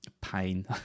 Pain